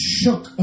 shook